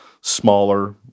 smaller